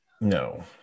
No